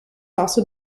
also